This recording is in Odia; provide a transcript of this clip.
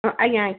ହଁ ଆଜ୍ଞା ଆଁ